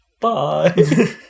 Bye